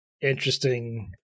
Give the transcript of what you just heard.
interesting